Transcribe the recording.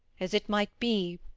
as it might be,